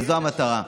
וזו המטרה.